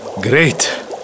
Great